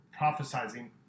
prophesizing